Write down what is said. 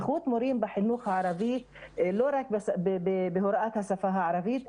איכות מורים בחינוך הערבי לא רק בהוראת השפה הערבית,